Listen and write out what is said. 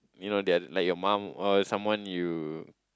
you know that are like your mum or someone you